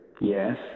yes